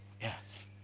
Yes